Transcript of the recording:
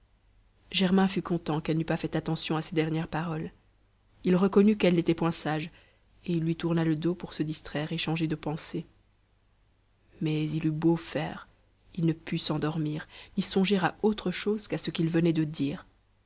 germain fut content qu'elle n'eût pas fait attention à ses dernières paroles il reconnut qu'elles n'étaient point sages et il lui tourna le dos pour se distraire et changer de pensée mais il eut beau faire il ne put s'endormir ni songer à autre chose qu'à ce qu'il venait de dire